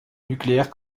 nucléaire